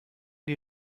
die